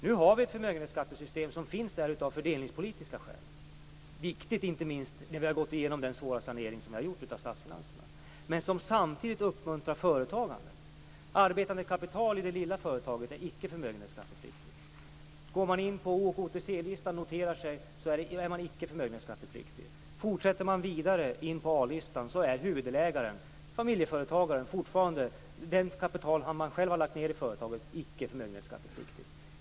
Nu har vi ett förmögenhetsskattesystem som finns av fördelningspolitiska skäl. Det är viktigt, inte minst då vi har gått igenom den svåra saneringen av statsfinanserna. Men det är ett system som samtidigt uppmuntrar företagande. Arbetande kapital i det lilla företaget är inte förmögenhetsskattepliktigt. Om ett företag går in och noterar sig på OTC-listan är det icke heller förmögenhetsskattepliktigt. Om företaget fortsätter in på A-listan så är det kapital som huvuddelägaren, familjeföretagaren, själv har lagt ned i företaget inte förmögenhetsskattepliktigt.